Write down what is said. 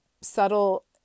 subtle